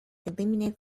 eliminate